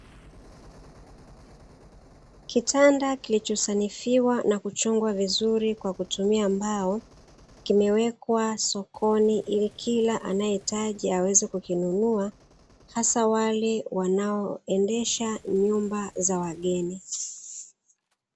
Kitanda kilichosanifiwa na kuchongwa vizuri kwa kutumia mbao, kimewekwa sokoni ili kila anahitaji aweze kukinunua, hasa wale wanaoendesha nyumba za wageni.